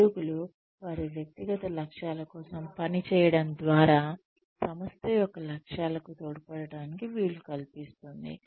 ఉద్యోగులు వారి వ్యక్తిగత లక్ష్యాల కోసం పనిచేయడం ద్వారా సంస్థ యొక్క లక్ష్యాలకు తోడ్పడటానికి వీలు కల్పిస్తుంది